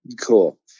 Cool